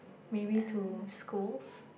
maybe to schools